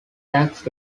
tax